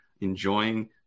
enjoying